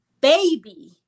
baby